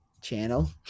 channel